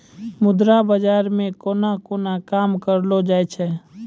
मुद्रा बाजार मे कोन कोन काम करलो जाय छै